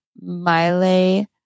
Miley